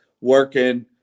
working